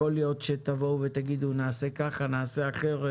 יכול להיות שתבואו ותאמרו שתעשו כך וכך,